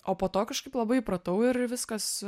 o po to kažkaip labai įpratau ir viskas